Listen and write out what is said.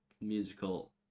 musical